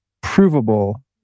provable